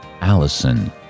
Allison